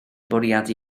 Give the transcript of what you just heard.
bwriadu